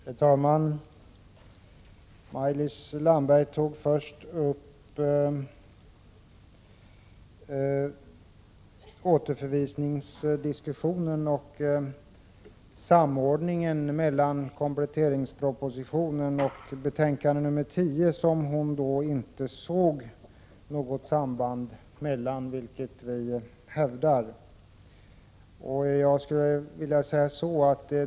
Herr talman! Maj-Lis Landberg tog först upp återförvisningsdiskussionen och samordningen mellan kompletteringspropositionen och betänkande nr 10. Hon såg inte något sådant samband som enligt vad vi hävdar föreligger.